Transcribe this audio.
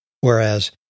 whereas